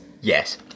Yes